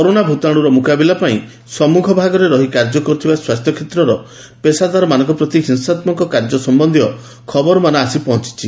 corona ଭୂତାଣୁର ମୁକାବିଲା ପାଇଁ ସନ୍ମୁଖ ରହି କାର୍ଯ୍ୟ କରୁଥିବା ସ୍ୱାସ୍ଥ୍ୟ କ୍ଷେତ୍ରରର ପେଷାଦାରମାନଙ୍କ ପ୍ରତି ହିଂସାତୂକ କାର୍ଯ୍ୟ ସମ୍ଭନ୍ଧୀୟ ଖବରମାନ ଆସି ପହଞ୍ଚିଛି